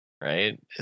right